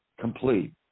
complete